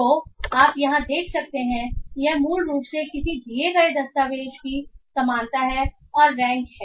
तो आप यहाँ क्या देखते हैं यह मूल रूप से किसी दिए गए दस्तावेज़ की समानता है और रैंक है